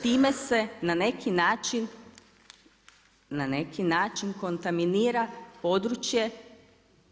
Time se na neki način, na neki način kontaminira područje